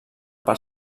per